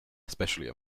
especially